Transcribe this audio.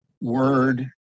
word